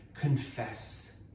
confess